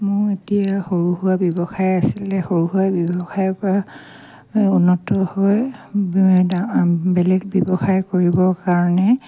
মোৰ এতিয়া সৰু সুৰা ব্যৱসায় আছিলে সৰু সুৰা ব্যৱসায়ৰ পৰা উন্নত হৈ বে বেলেগ ব্যৱসায় কৰিবৰ কাৰণে